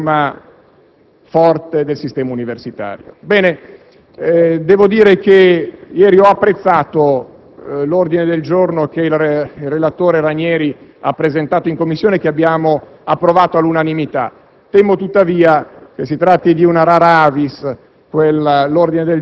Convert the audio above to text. anche nel dialogo con l'opposizione per una riforma forte del sistema universitario. Ho apprezzato l'ordine del giorno che il relatore Ranieri ha presentato ieri in Commissione e che abbiamo approvato all'unanimità.